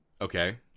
Okay